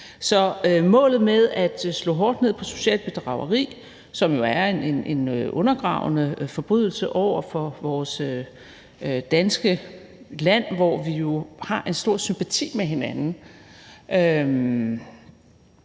målet med at slå hårdt ned på socialt bedrageri, som jo er en undergravende forbrydelse over for vores danske land, hvor vi jo har en stor sympati med hinanden,